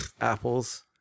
apples